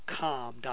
dot